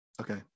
Okay